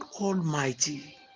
Almighty